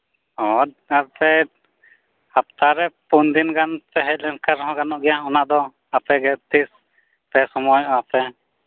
ᱦᱳᱭ ᱟᱯᱮ ᱦᱟᱯᱛᱟᱨᱮ ᱯᱩᱱᱫᱤᱱ ᱜᱟᱱᱯᱮ ᱦᱮᱡᱞᱮᱱ ᱠᱷᱟᱱ ᱨᱮᱦᱚᱸ ᱜᱟᱱᱚᱜ ᱜᱮᱭᱟ ᱚᱱᱟᱫᱚ ᱟᱯᱮᱜᱮ ᱛᱤᱥᱯᱮ ᱥᱚᱢᱚᱭᱚᱜᱟᱯᱮ